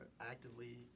actively